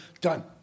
done